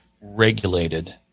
regulated